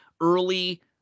early